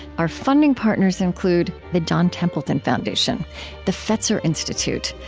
our funding partners include the john templeton foundation the fetzer institute,